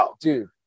dude